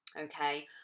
okay